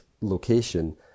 location